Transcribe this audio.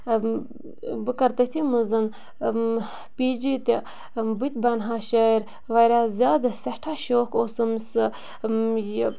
بہٕ کَرٕ تٔتھی منٛز پی جی تہِ بہٕ تہِ بَنہا شٲعر واریاہ زیادٕ سٮ۪ٹھاہ شوق اوسُم سُہ یہِ